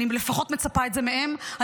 אני מצפה מהם לפחות את זה.